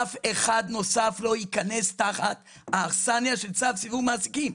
אף אחד נוסף לא ייכנס תחת האכסניה של צו סיווג מעסיקים.